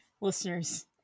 listeners